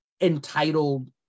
entitled